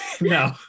No